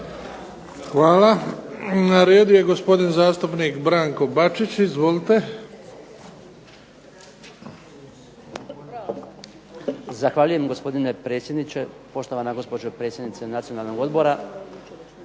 Hvala. Na redu je gospodin zastupnik Branko Bačić. Izvolite. **Bačić, Branko (HDZ)** Zahvaljujem gospodine predsjedniče. Poštovana gospođo predsjednice Nacionalnog odbora,